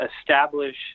establish